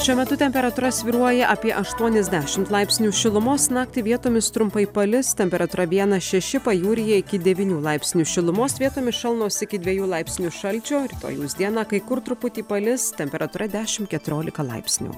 šiuo metu temperatūra svyruoja apie aštuoniasdešimt laipsnių šilumos naktį vietomis trumpai palis temperatūra vienas šeši pajūryje iki devynių laipsnių šilumos vietomis šalnos iki dviejų laipsnių šalčio rytojaus dieną kai kur truputį palis temperatūra dešim keturiolika laipsnių